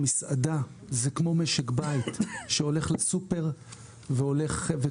מסעדה זה כמו משק בית שהולך לסופר וקונה